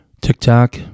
TikTok